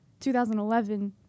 2011